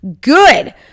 good